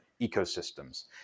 ecosystems